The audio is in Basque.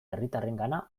herritarrengana